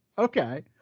Okay